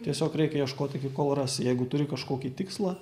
tiesiog reikia ieškot iki kol rasi jeigu turi kažkokį tikslą